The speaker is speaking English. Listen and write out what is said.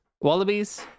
wallabies